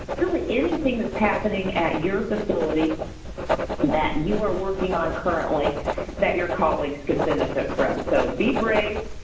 probably anything that's happening at your facility that you are working on currently that your colleagues can benefit from. so, be brave,